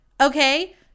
Okay